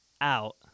out